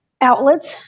outlets